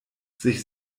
sich